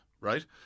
right